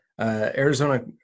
Arizona